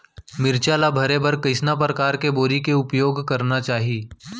मिरचा ला भरे बर कइसना परकार के बोरी के उपयोग करना चाही?